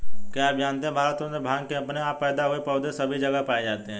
क्या आप जानते है भारतवर्ष में भांग के अपने आप पैदा हुए पौधे सभी जगह पाये जाते हैं?